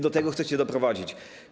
Do tego chcecie doprowadzić.